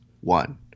one